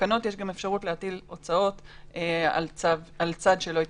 בתקנות יש גם אפשרות להטיל הוצאות על צד שלא התייצב.